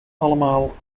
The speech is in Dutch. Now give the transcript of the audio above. allemaal